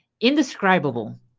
Indescribable